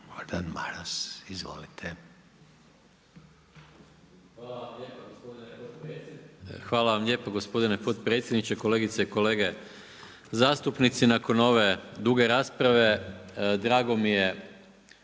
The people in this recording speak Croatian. Hvala vam lijepa gospodine potpredsjedniče. Kolegice i kolege zastupnici. Nakon ove duge rasprave drago mi je